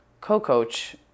co-coach